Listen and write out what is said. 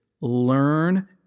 learn